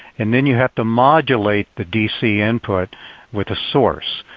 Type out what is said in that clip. and then you have to modulate the dc input with a source.